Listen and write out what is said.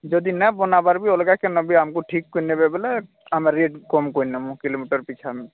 ଯଦି ନେବ ନେବାର ବି ଅଲଗା କେନ ବି ଆମକୁ ଠିକ୍ କରି ନେବେ ବୋଲେ ଆମେ ରେଟ୍ କମ୍ କରିନେବୁ କିଲୋମିଟର୍ ପିଛା